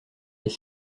les